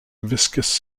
viscous